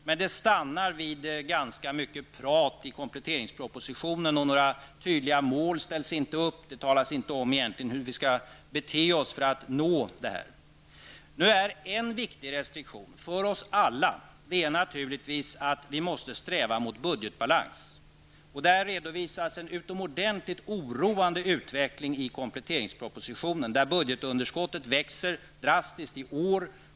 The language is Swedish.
Men det stannar vid ganska mycket prat i kompletteringspropositionen. Några tydliga mål ställs inte upp. Det talas egentligen inte om hur vi skall bete oss för att uppfylla önskemålen. En viktig restriktion för oss alla är naturligtvis att vi måste sträva mot budgetbalans. Det redovisas i kompletteringspropositionen en utomordentlig oroande utveckling, där budgetunderskottet växer drastiskt i år.